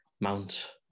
Mount